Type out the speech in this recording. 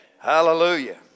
Hallelujah